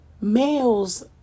Males